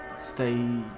stay